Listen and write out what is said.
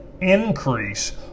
increase